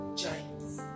giants